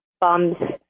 bums